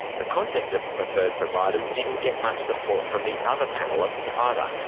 the concept of preferred providers didn't get much support from the other panellists either.